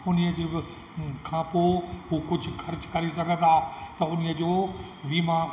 उन्हीअ जी बि खां पोइ कुझु ख़र्चु करे सघंदा त उन जो वीमा